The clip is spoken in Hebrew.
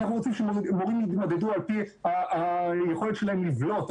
אנחנו רוצים שמורים יתמודדו על פי היכולת שלהם לבלוט,